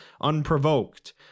unprovoked